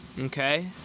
okay